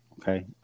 Okay